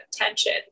attention